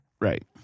Right